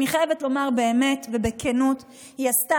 אני חייבת לומר באמת ובכנות שהיא עשתה